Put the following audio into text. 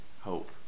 hope